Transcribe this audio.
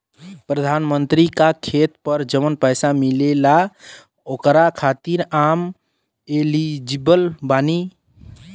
प्रधानमंत्री का खेत पर जवन पैसा मिलेगा ओकरा खातिन आम एलिजिबल बानी?